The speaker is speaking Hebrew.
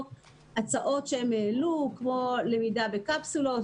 הצעות שהם העלו כמו: למידה בקפסולות,